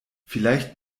vielleicht